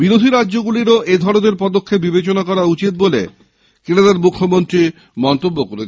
বিরোধী রাজ্যগুলিরও একই ধরনের পদক্ষেপ বিবেচনা করা উচিত বলে কেরালার মুখ্যমন্ত্রী মন্তব্য করেছেন